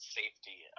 safety